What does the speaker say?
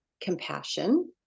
compassion